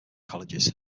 colleges